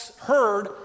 heard